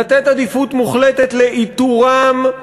לתת עדיפות מוחלטת לאיתורם,